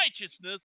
righteousness